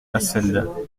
asfeld